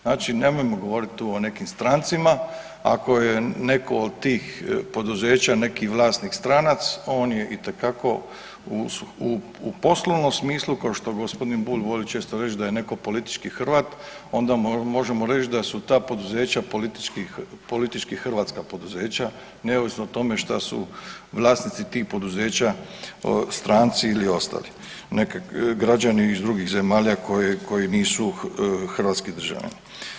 Znači nemojmo govoriti tu o nekim strancima, ako je neko od tih poduzeća neki vlasnik stranac on je itekako u poslovnom smislu ko što g. Bulj voli često reći da je neko politički Hrvat onda možemo reći da su ta poduzeća politički hrvatska poduzeća, neovisno o tome što su vlasnici tih poduzeća stranci ili ostali građani iz drugih zemalja koji nisu hrvatski državljani.